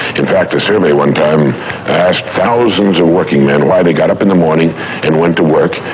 in fact, a survey one time asked thousands of working men why they got up in the morning and went to work,